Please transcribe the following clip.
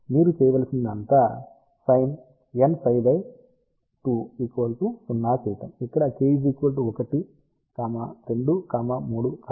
మీరు చేయవలసినది అంతా sinnψ20 చేయడం ఇక్కడ k 1 2 3